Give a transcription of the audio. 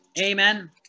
Amen